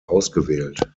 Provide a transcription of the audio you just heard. ausgewählt